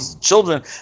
children